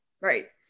Right